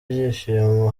ibyishimo